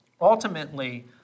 ultimately